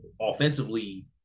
offensively